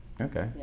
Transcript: Okay